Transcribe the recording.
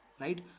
right